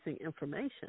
information